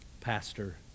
pastor